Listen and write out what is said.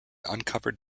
uncovered